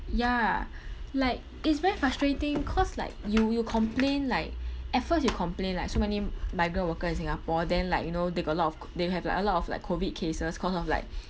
ya like it's very frustrating cause like you will complain like at first you complain like so many migrant worker in singapore then like you know they got a lot of co~ they have like a lot of like COVID cases cause of like